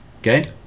Okay